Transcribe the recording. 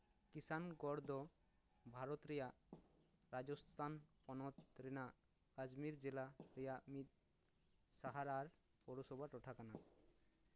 ᱠᱤᱥᱟᱱᱜᱚᱲ ᱫᱚ ᱵᱷᱟᱨᱚᱛ ᱨᱮᱭᱟᱜ ᱨᱟᱡᱚᱥᱛᱷᱟᱱ ᱯᱚᱱᱚᱛ ᱨᱮᱱᱟᱜ ᱟᱡᱢᱤᱨ ᱡᱮᱞᱟ ᱨᱮᱭᱟᱜ ᱢᱤᱫ ᱥᱟᱦᱟᱨ ᱟᱨ ᱯᱳᱣᱨᱚᱥᱚᱵᱷᱟ ᱴᱚᱴᱷᱟ ᱠᱟᱱᱟ